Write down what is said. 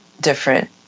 different